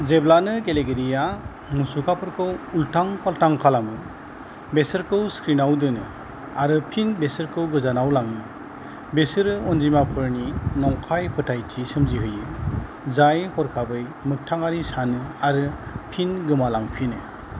जेब्लानो गेलेगिरिया मुसुखाफोरखौ उल्टां फाल्टां खालामो बेसोरखौ स्क्रिनाव दोनो आरो फिन बेसोरखौ गोजानाव लाङो बेसोरो अनजिमाफोरनि नंखाय फोथायथि सोमजिहोयो जाय हरखाबै मोकथाङारि सानो आरो फिन गोमा लांफिनो